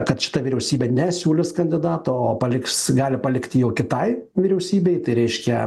kad šita vyriausybė nesiūlys kandidato o paliks gali palikti jau kitai vyriausybei tai reiškia